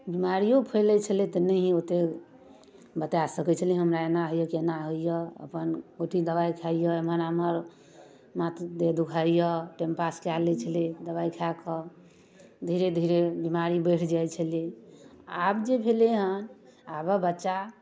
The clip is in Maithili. बिमारिओ फैलैत छलै तऽ नहि ओतेक बताए सकै छलै जे हमरा एना होइए एना होइए अपन गोटी दवाइ खाइए एम्हर आम्हर माथ देह दुखाइए टाइम पास कए लै छलै दवाइ खाए कऽ धीरे धीरे बिमारी बढ़ि जाइ छलै आब जे भेलै हेँ आबक बच्चा